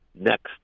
next